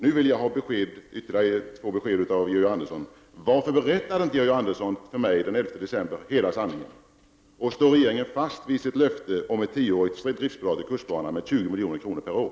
Nu vill jag ha besked från Georg Andersson om varför Georg Andersson inte berättade hela sanningen för mig den 11 december. Står regeringen fast vid sitt löfte om ett tioårigt driftbidrag till kustbanan med 20 milj.kr. per år?